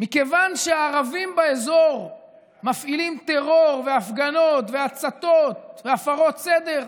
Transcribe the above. מכיוון שהערבים באזור מפעילים טרור והפגנות והצתות והפרות סדר,